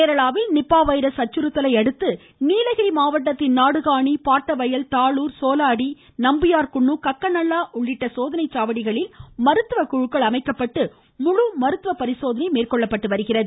கேரளாவில் Nipah virus அச்சுறுத்தலை அடுத்து நீலகிரி மாவட்டத்தின் நாடுகாணி பாட்டவயல் தாழுர் சோலாடி நம்பியார்குன்னூ கக்கநள்ளா சோதனை சாவடிகளில் மருத்துவ குழுக்கள் அமைக்கப்பட்டு முழு மருத்துவ பரிசோதனை நடைபெற்று வருகிறது